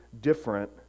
different